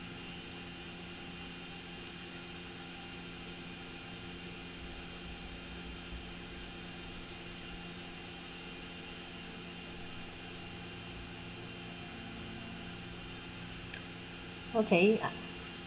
okay uh